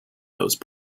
those